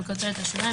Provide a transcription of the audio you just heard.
בכותרת השוליים,